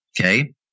Okay